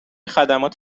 خدمات